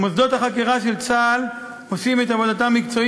מוסדות החקירה של צה"ל עושים את עבודתם מקצועית,